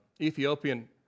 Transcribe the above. Ethiopian